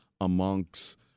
amongst